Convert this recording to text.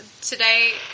today